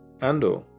Andor